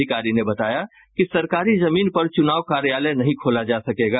अधिकारी ने बताया कि सरकारी जमीन पर चुनाव कार्यालय नहीं खोला जा सकेगा